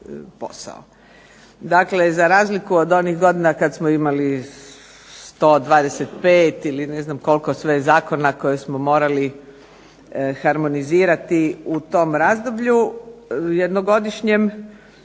Dakle, za razliku od onih godina kad smo imali 125 ili ne znam koliko sve zakona koje smo morali harmonizirati u tom razdoblju jednogodišnjem